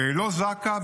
לא זק"א.